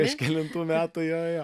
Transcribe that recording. kažkelintų metų jo jo